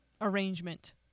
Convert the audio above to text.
arrangement